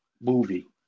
movie